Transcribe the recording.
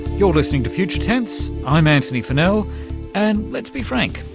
you're listening to future tense, i'm antony funnell and, let's be frank,